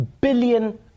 billion